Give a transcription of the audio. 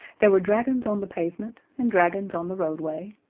there were dragons on the pavement, and dragons on the roadway,